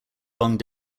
long